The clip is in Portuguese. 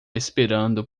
esperando